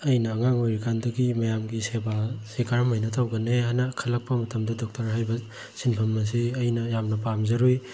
ꯑꯩꯅ ꯑꯉꯥꯡ ꯑꯣꯏꯔꯤ ꯀꯥꯟꯗꯒꯤ ꯃꯌꯥꯝꯒꯤ ꯁꯦꯕꯥꯁꯤ ꯀꯔꯝ ꯍꯥꯏꯅ ꯇꯧꯒꯅꯤ ꯍꯥꯏꯅ ꯈꯜꯂꯛꯄ ꯃꯇꯝꯗ ꯗꯣꯛꯇꯔ ꯍꯥꯏꯕ ꯁꯤꯟꯐꯝ ꯑꯁꯤ ꯑꯩꯅ ꯌꯥꯝꯅ ꯄꯥꯝꯖꯔꯨꯏ